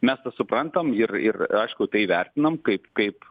mes tą suprantam ir ir aišku tai vertinam kaip kaip